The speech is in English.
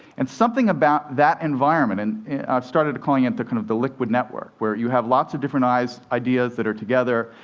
and something about that environment and i've started calling it the kind of the liquid network, where you have lots of different ideas that are together,